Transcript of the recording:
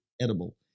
edible